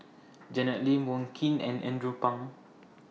Janet Lim Wong Keen and Andrew Phang